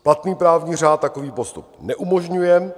Platný právní řád takový postup neumožňuje.